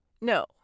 No